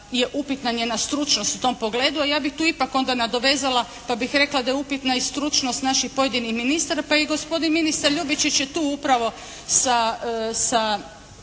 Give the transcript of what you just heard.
upitna njena stručnost u tom pogledu, a ja bih tu ipak onda nadovezala pa bih rekla da je upitna i stručnost naših pojedinih ministara pa i gospodin ministar Ljubičić je tu upravo sa